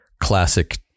classic